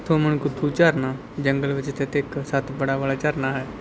ਥੋਮਨਕੁੱਥੂ ਝਰਨਾ ਜੰਗਲ ਵਿੱਚ ਸਥਿਤ ਇੱਕ ਸੱਤ ਪੜਾਅ ਵਾਲਾ ਝਰਨਾ ਹੈ